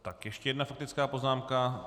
Tak ještě jedna faktická poznámka.